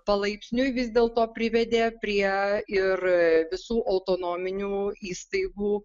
palaipsniui vis dėl to privedė prie ir visų autonominių įstaigų